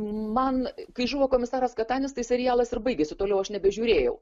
man kai žuvo komisaras katanis tai serialas ir baigėsi toliau aš nebežiūrėjau